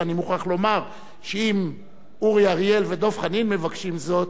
אני מוכרח לומר שאם אורי אריאל ודב חנין מבקשים זאת,